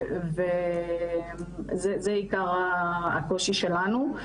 וזה עיקר הקושי שלנו.